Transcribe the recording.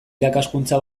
irakaskuntza